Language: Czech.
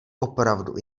opravdu